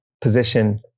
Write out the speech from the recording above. position